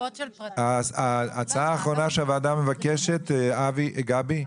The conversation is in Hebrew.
ההצעה האחרונה שהוועדה מבקשת גבי,